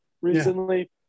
recently